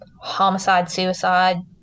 homicide-suicide